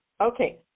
Okay